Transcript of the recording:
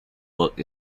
work